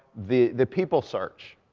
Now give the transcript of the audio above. the the people search.